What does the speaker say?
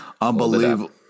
unbelievable